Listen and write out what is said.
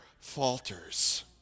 falters